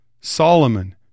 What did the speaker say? Solomon